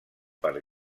per